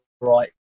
right